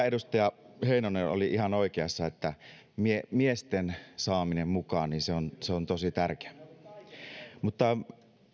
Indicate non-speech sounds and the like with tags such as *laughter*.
*unintelligible* edustaja heinonen oli ihan oikeassa että miesten miesten saaminen mukaan on tosi tärkeää mutta